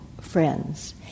friends